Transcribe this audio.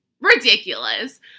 Ridiculous